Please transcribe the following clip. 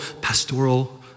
pastoral